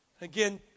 Again